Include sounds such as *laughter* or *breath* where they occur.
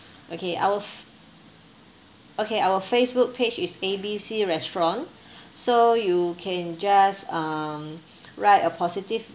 okay our f~ okay our Facebook page is A B C restaurant *breath* so you can just um write a positive